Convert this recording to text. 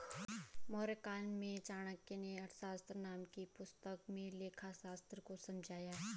मौर्यकाल में चाणक्य नें अर्थशास्त्र नाम की पुस्तक में लेखाशास्त्र को समझाया है